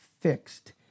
fixed